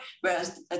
whereas